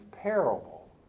parable